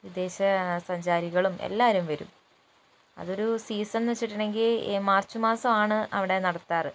വിദേശ സഞ്ചാരികളും എല്ലാവരും വരും അതൊരു സീസണെന്നു വച്ചിട്ടുണ്ടെങ്കിൽ ഈ മാർച്ച് മാസമാണ് അവിടെ നടത്താറ്